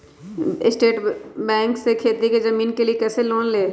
State bank से खेती की जमीन के लिए कैसे लोन ले?